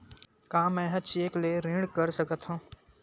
का मैं ह चेक ले ऋण कर सकथव?